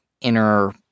inner